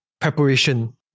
preparation